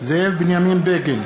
זאב בנימין בגין,